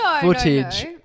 footage